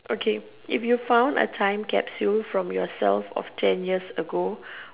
okay if you found a time capsule from yourself of ten years ago